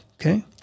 okay